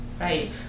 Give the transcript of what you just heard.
right